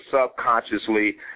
subconsciously